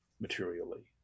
materially